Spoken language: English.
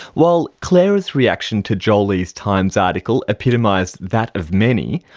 while clara's reaction to jolie's times article epitomised that of many,